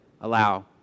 allow